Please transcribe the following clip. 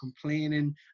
complaining